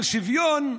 על שוויון,